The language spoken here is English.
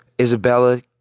isabella